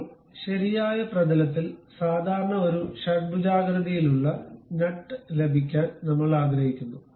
ഇപ്പോൾ ശരിയായ പ്രതലത്തിൽ സാധാരണ ഒരു ഷഡ്ഭുജാകൃതിയിലുള്ള നട്ട് ലഭിക്കാൻ നമ്മൾ ആഗ്രഹിക്കുന്നു